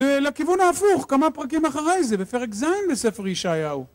לכיוון ההפוך כמה פרקים אחרי זה בפרק ז' בספר ישעיהו